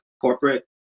corporate